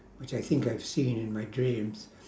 which I think I've seen in my dreams